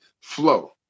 flow